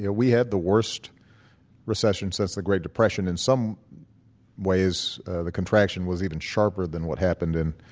yeah we had the worst recession since the great depression. in some ways the contraction was even sharper than what happened in